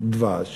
דבש